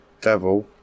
Devil